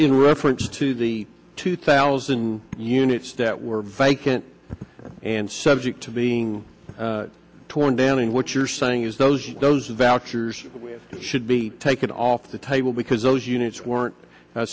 in reference to the two thousand units that were vacant and subject to being torn down and what you're saying is those those valves should be taken off the table because those units weren't